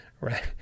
right